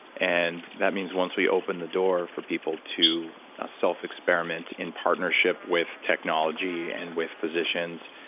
and that means once we open the door for people to self-experiment in partnership with technology and with physicians,